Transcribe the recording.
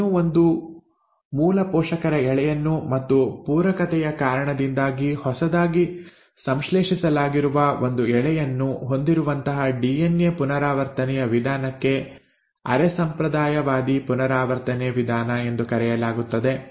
ಇನ್ನೂ ಒಂದು ಮೂಲ ಪೋಷಕರ ಎಳೆಯನ್ನು ಮತ್ತು ಪೂರಕತೆಯ ಕಾರಣದಿಂದಾಗಿ ಹೊಸದಾಗಿ ಸಂಶ್ಲೇಷಿಸಲಾಗಿರುವ ಒಂದು ಎಳೆಯನ್ನು ಹೊಂದಿರುವಂತಹ ಡಿಎನ್ಎ ಪುನರಾವರ್ತನೆಯ ವಿಧಾನಕ್ಕೆ ಅರೆ ಸಂಪ್ರದಾಯವಾದಿ ಪುನರಾವರ್ತನೆ ವಿಧಾನ ಎಂದು ಕರೆಯಲಾಗುತ್ತದೆ